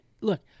Look